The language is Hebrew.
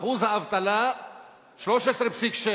ואחוז האבטלה הוא 13.6%,